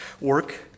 work